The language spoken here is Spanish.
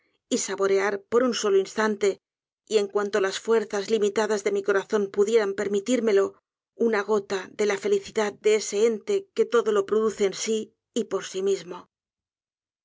y saborear por un solo instante y en cuanto las fuerzas limitadas de mi corazón pudieran permitírmelo una gota de la felicidad de ese ente que todo lo produce en sí y por si mismo